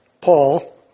Paul